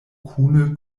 kune